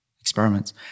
experiments